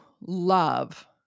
love